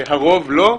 הרוב לא.